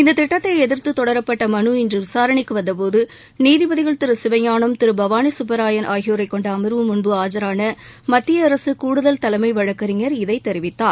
இந்த திட்டத்தை எதிர்த்து தொடரப்பட்ட மனு இன்று விசாரணைக்கு வந்தபோது நீதிபதிகள் திரு சிவஞானம் திரு பவானி சுப்பராயன் ஆகியோரைக்கொண்ட அமர்வு முன்பு ஆஜான மத்திய அரசு கூடுதல் தலைமை வழக்கறிஞர் இதை தெரிவித்தார்